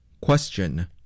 Question